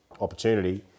opportunity